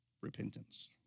repentance